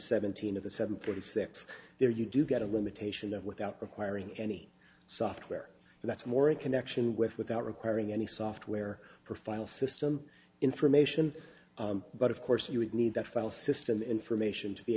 seventeen of the seven thirty six there you do get a limitation of without requiring any software that's more a connection with without requiring any software for final system information but of course you would need that file system information to be